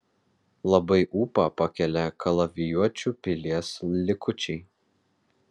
labai ūpą pakelia kalavijuočių pilies likučiai